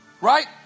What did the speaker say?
Right